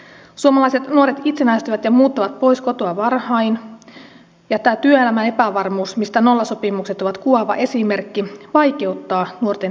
suomalaiset nuoret itsenäistyvät ja muuttavat pois kotoa varhain ja tämä työelämän epävarmuus mistä nollasopimukset ovat kuvaava esimerkki vaikeuttaa nuorten itsenäistymistä